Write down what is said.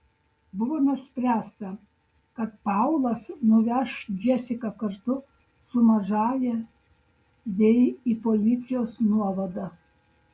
buvo nuspręsta kad paulas nuveš džesiką kartu su mažąja vei į policijos nuovadą